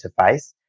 interface